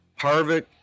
Harvick